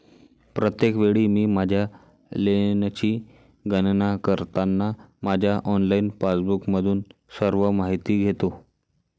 प्रत्येक वेळी मी माझ्या लेनची गणना करताना माझ्या ऑनलाइन पासबुकमधून सर्व माहिती घेतो